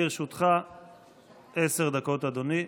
לרשותך עשר דקות, אדוני.